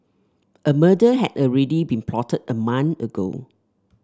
a murder had already been plotted a month ago